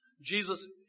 Jesus